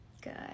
Good